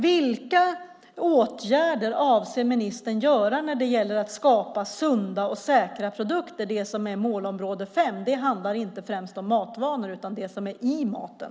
Vilka åtgärder avser ministern att vidta för att skapa sunda och säkra produkter? Det som är målområde 5 handlar inte främst om matvanor utan det som är i maten.